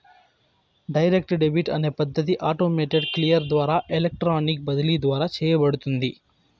direct debit అనే పద్ధతి automated clear ద్వారా ఎలక్ట్రానిక్ బదిలీ ద్వారా చేయబడుతుంది